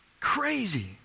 Crazy